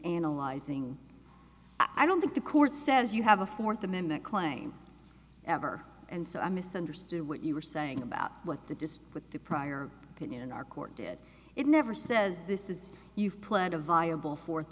analyzing i don't think the court says you have a fourth amendment claim ever and so i misunderstood what you were saying about what the disk with the prior pin in our court did it never says this is you plan a viable fourth